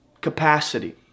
capacity